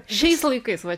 šiais laikais vat